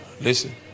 listen